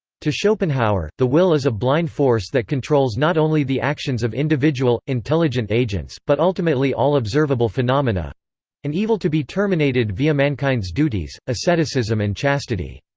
to schopenhauer, the will is a blind force that controls not only the actions of individual, intelligent agents, but ultimately all observable phenomena an evil to be terminated via mankind's duties asceticism and chastity.